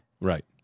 Right